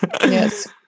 yes